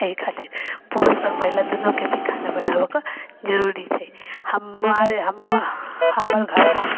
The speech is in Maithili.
एहि खातिर पुरुष आओर महिला दुनूके भी खाना बनाबैके जरूरी छै हमार हमर घरमे